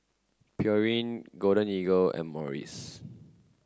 Pureen Golden Eagle and Morries